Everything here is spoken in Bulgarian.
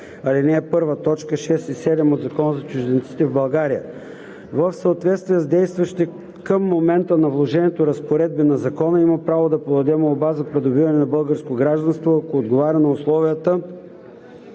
чл. 25, ал. 1, т. 6 и 7 от Закона за чужденците в България, в съответствие с действащи към момента на вложението разпоредби на закона, има право да подаде молба за придобиване на българско гражданство, ако отговаря на условията